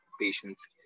patients